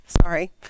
sorry